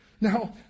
Now